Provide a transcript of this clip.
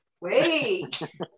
wait